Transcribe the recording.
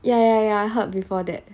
ya ya ya I heard before that